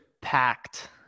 packed